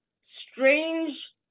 strange